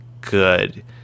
good